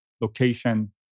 location